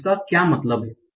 तो इसका मतलब क्या है